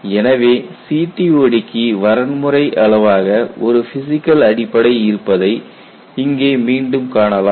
எனவே CTOD க்கு வரன்முறை அளவாக ஒரு பிசிகல் அடிப்படை இருப்பதை இங்கே மீண்டும் காணலாம்